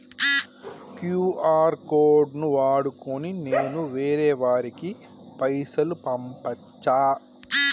QR code ను వాడుకొని నేను వేరే వారికి పైసలు పంపచ్చా?